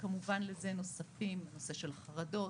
שכמובן לזה נוסף הנושא של חרדות,